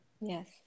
yes